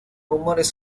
rumores